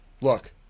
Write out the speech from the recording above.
Look